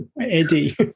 eddie